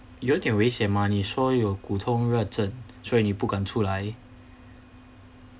有点危险嘛你说骨痛热症所以你不敢出来